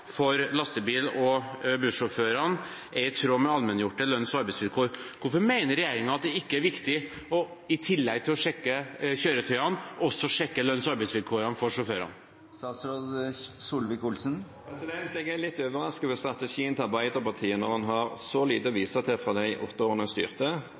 for lastebil- og bussjåførene er i tråd med allmenngjorte lønns- og arbeidsvilkår. Hvorfor mener regjeringen at det ikke er viktig også å sjekke lønns- og arbeidsvilkårene for sjåførene, i tillegg til å sjekke kjøretøyene? Jeg er litt overrasket over strategien til Arbeiderpartiet når en har så lite å vise til fra de åtte årene en styrte,